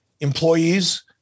employees